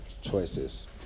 choices